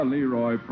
Leroy